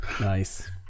Nice